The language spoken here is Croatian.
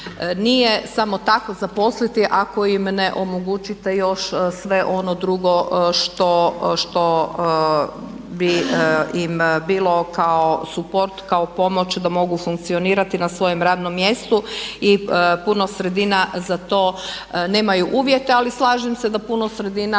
nije samo tako ne zaposliti ako im ne omogućite još sve ono drugo što bi im bilo kao suport, kao pomoć da mogu funkcionirati na svojem radnom mjestu i puno sredina za to nemaju uvjeta ali slažem se da puno sredina